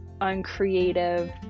uncreative